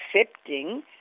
accepting